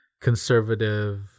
conservative